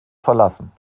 verlassen